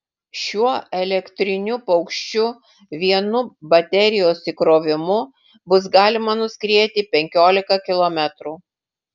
šiuo elektriniu paukščiu vienu baterijos įkrovimu bus galima nuskrieti penkiolika kilometrų